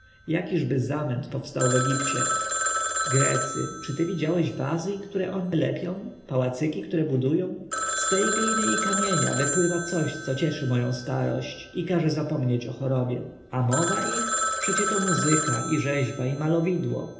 rządów jakiżby zamęt powstał w egipcie grecy czy ty widziałeś wazy które oni lepią pałacyki które budują z tej gliny i kamienia wypływa coś co cieszy moją starość i każe zapominać o chorobie a mowa ich o bogowie przecież to muzyka i rzeźba i malowidło